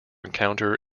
encounter